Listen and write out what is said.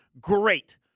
great